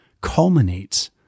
culminates